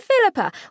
Philippa